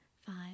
five